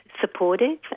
supportive